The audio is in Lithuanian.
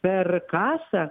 per kasą